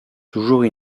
toujours